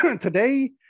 today